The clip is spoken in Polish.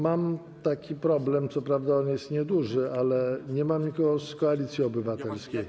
Mam taki problem, co prawda on jest nieduży, ale nie ma nikogo z Koalicji Obywatelskiej.